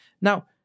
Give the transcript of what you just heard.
Now